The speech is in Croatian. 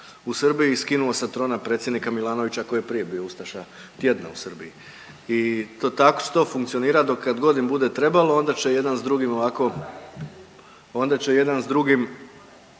u Srbiji i skinuo sa trona predsjednika Milanovića koji je prije bio ustaša tjedna u Srbiji i tako će to funkcionirat dok kad god im bude trebalo onda će jedan s drugim ovako, onda će jedan s drugim